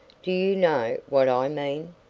do you know what i mean?